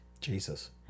Jesus